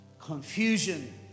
confusion